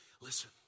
listen